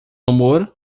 amor